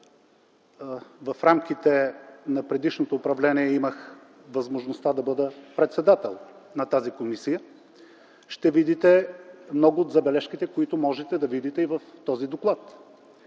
в рамките на предишното управление имах възможността да бъда председател на тази комисия, ще видите много от забележките, които можете да видите и в този доклад.